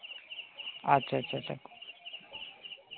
ᱟᱪᱪᱷᱟ ᱟᱪᱪᱷᱟ